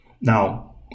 Now